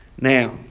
Now